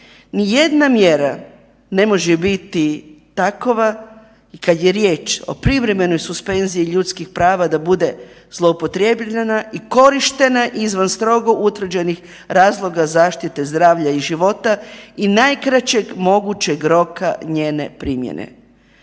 Ni jedna mjera ne može biti takova kad je prije o privremenoj suspenziji ljudskih prava da bude zloupotrebljena i korištena izvan strogo utvrđenih razloga zaštite zdravlja i života i najkraćeg mogućeg roka njene primjene.